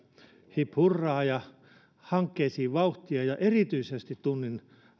hip hurraa ja hankkeisiin vauhtia ja erityisesti tunnin